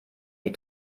die